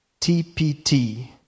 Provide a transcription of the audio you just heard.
TPT